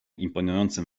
imponującym